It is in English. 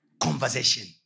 Conversation